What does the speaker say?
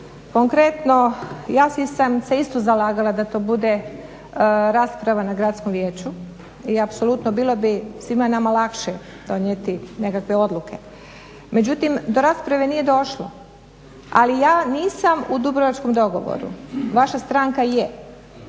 konkretno ja sam se isto zalagala da to bude rasprava na gradskom vijeću i apsolutno bilo bi svima nama lakše donijeti nekakve odluke. Međutim do rasprave nije došlo. Ali ja nisam u dubrovačkom dogovoru, vaša stranka je.